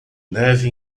neve